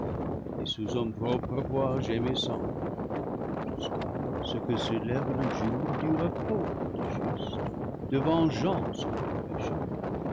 et sous son propre poids gémissant jusqu'à ce que se lève le jour du repos pour le juste de vengeance pour le